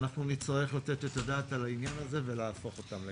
ואנחנו נצטרך לתת את הדעת על העניין הזה ולהפוך אותן לכך.